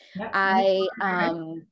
I-